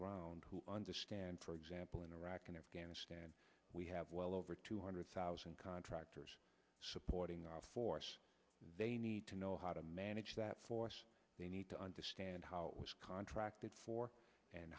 ground who understand for example in iraq and afghanistan we have well over two hundred thousand contractors supporting our force they need to know how to manage that force they need to understand how it was contracted for and